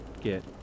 get